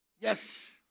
Yes